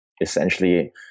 essentially